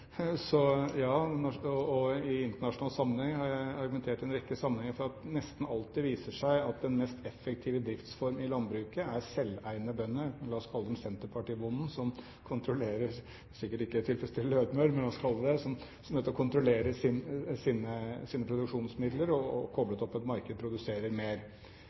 Og i internasjonal sammenheng har jeg argumentert for det en rekke ganger, fordi det nesten alltid viser seg at den mest effektive driftsformen i landbruket er at selveiende bønder, la oss kalle dem senterpartibønder – det vil sikkert ikke tilfredsstille Lødemel, men la oss kalle dem det – kontrollerer sine produksjonsmidler og koblet opp mot et marked produserer mer.